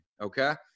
okay